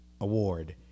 award